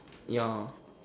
your